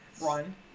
Run